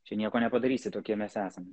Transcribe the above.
čia nieko nepadarysi tokie mes esam